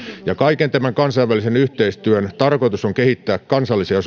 kaiken tämän kansainvälisen yhteistyön tarkoitus on kehittää kansallisia